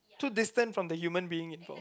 too distant from the human being involved